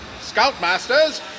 Scoutmasters